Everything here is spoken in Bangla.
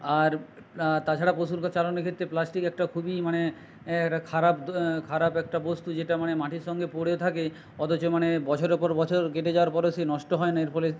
আর তাছাড়া পশুর চালানোর ক্ষেত্রে প্লাস্টিক একটা খুবই মানে একটা খারাপ খারাপ একটা বস্তু যেটা মানে মাটির সঙ্গে পড়ে থাকে অথচ মানে বছরের পর বছর কেটে যাওয়ার পরেও সে নষ্ট হয় না এর ফলে